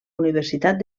universitat